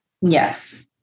Yes